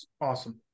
awesome